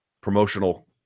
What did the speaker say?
promotional